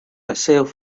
itself